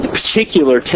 particular